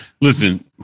Listen